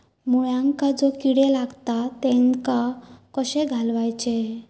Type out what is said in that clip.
मुळ्यांका जो किडे लागतात तेनका कशे घालवचे?